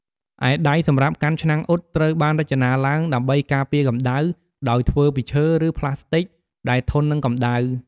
ឯដៃសម្រាប់កាន់ឆ្នាំងអ៊ុត ត្រូវបានរចនាឡើងដើម្បីការពារកម្ដៅ ដោយធ្វើពីឈើ ឬប្លាស្ទិកដែលធន់នឹងកម្ដៅ។